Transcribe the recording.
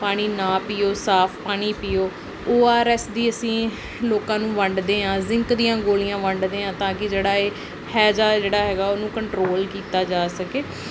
ਪਾਣੀ ਨਾ ਪੀਓ ਸਾਫ ਪਾਣੀ ਪੀਓ ਓ ਆਰ ਐਸ ਦੀ ਅਸੀਂ ਲੋਕਾਂ ਨੂੰ ਵੰਡਦੇ ਹਾਂ ਜ਼ਿੰਕ ਦੀਆਂ ਗੋਲੀਆਂ ਵੰਡਦੇ ਹਾਂ ਤਾਂ ਕਿ ਜਿਹੜਾ ਇਹ ਹੈਜਾ ਜਿਹੜਾ ਹੈਗਾ ਉਹਨੂੰ ਕੰਟਰੋਲ ਕੀਤਾ ਜਾ ਸਕੇ